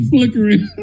Flickering